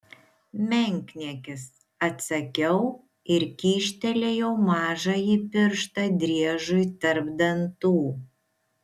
menkniekis atsakiau ir kyštelėjau mažąjį pirštą driežui tarp dantų